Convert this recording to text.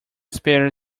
spare